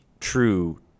true